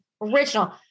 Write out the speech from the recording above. original